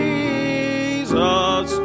Jesus